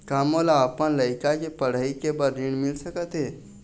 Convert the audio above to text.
का मोला अपन लइका के पढ़ई के बर ऋण मिल सकत हे?